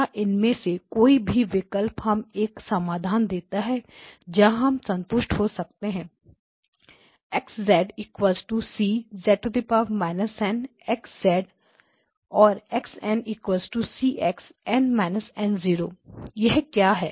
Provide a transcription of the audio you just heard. क्या इनमें से कोई भी विकल्प हमें एक समाधान देता है जहाँ हम संतुष्ट हो सकते हैं X c z−n0 X or x ncx n−n0 यह क्यों है